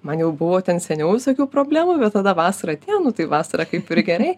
man jau buvo ten seniau visokių problemų bet tada vasara atėjo nu tai vasarą kaip ir gerai